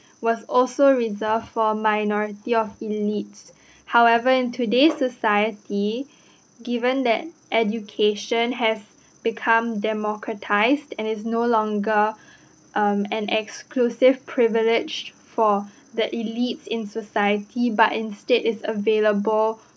was also reserved for minority or elites however in today's society given that education have become democratised and it's no longer um an exclusive privilege for the elites in society but instead it's available